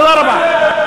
תודה רבה.